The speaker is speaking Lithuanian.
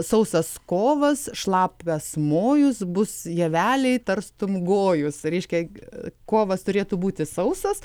sausas kovas šlapias mojus bus javeliai tarstum gojus reiškia kovas turėtų būti sausas